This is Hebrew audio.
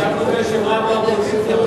שם רע באופוזיציה,